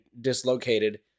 dislocated